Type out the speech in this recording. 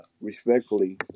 Respectfully